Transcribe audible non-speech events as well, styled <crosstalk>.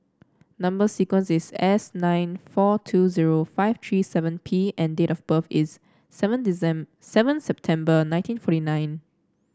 number sequence is S nine four two zero five three seven P and date of birth is seven <unintelligible> seven September nineteen forty nine